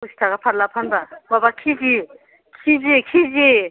फसिस थाखा फारला फानबा माबा केजि केजि केजि